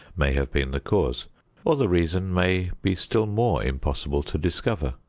may have been the cause or, the reason may be still more impossible to discover.